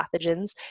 pathogens